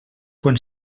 quan